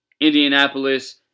Indianapolis